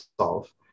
solve